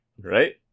right